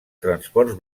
transports